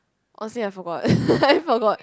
honestly I forgot I forgot